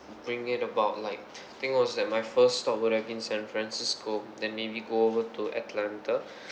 bring it about like thing was that my first stop would have been san francisco then maybe go over to atlanta